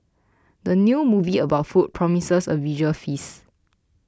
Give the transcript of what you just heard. the new movie about food promises a visual feast